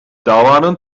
davanın